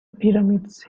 pyramids